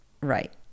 right